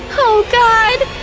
oh god!